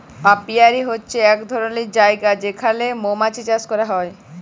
apiary হছে ইক ধরলের জায়গা যেখালে মমাছি চাষ ক্যরা হ্যয়